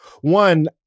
one